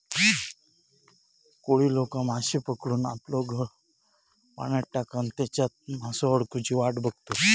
कोळी लोका माश्ये पकडूक आपलो गळ पाण्यात टाकान तेच्यात मासो अडकुची वाट बघतत